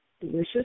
delicious